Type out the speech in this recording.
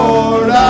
Lord